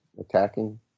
attacking